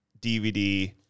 DVD